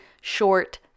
short